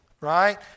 right